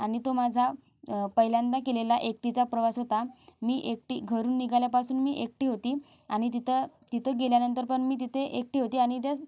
आणि तो माझा पहिल्यांदा केलेला एकटीचा प्रवास होता मी एकटी घरून निघाल्यापासून मी एकटी होती आणि तिथं तिथं गेल्यानंतर पण मी तिथे एकटी होती आणि तेच